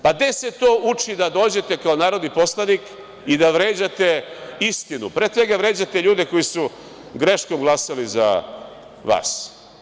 Gde se to uči da dođete kao narodni poslanik i da vređate istinu, pre svega vređate ljude koji su greškom glasali za vas.